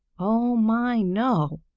oh, my, no!